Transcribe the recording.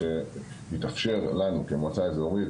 שיתאפשר לנו כמועצה אזורית,